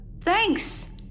thanks